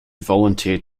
volunteered